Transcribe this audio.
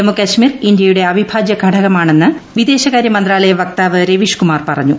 ജമ്മു കശ്മീർ ഇന്ത്യയുടെ അവിഭാജ്യ ഘടകമാണെന്ന് വിദേശകാര്യ മന്ത്രാലയ വക്താവ് രവീഷ് കുമാർ പറഞ്ഞു